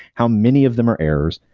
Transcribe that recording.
how many of them are errors?